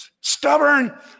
stubborn